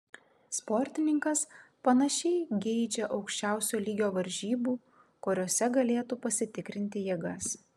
sportininkas panašiai geidžia aukščiausio lygio varžybų kuriose galėtų pasitikrinti jėgas